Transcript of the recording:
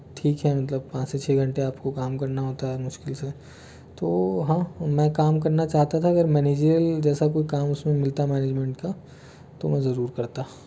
ठीक है मतलब पाँच से छः घंटे आपको काम करना होता है मुश्किल से तो हाँ मैं काम करना चाहता था अगर मनेजिअल जैसा कोई काम उसमें मिलता मैनेजमेंट का तो मैं ज़रूर करता